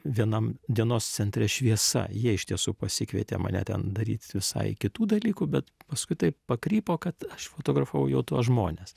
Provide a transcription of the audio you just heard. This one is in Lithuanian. vienam dienos centre šviesa jie iš tiesų pasikvietė mane ten daryt visai kitų dalykų bet paskui taip pakrypo kad aš fotografavau jau tuos žmones